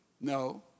No